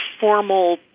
formal